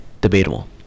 Debatable